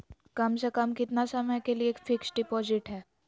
कम से कम कितना समय के लिए फिक्स डिपोजिट है?